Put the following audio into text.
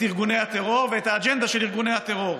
ארגוני הטרור ואת האג'נדה של ארגוני הטרור,